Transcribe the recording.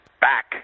back